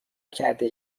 کرده